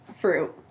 Fruit